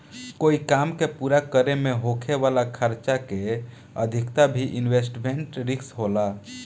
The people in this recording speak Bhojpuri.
कोई काम के पूरा करे में होखे वाला खर्चा के अधिकता भी इन्वेस्टमेंट रिस्क होला